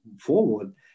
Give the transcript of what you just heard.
forward